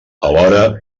alhora